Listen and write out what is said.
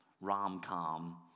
rom-com